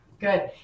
Good